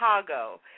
Chicago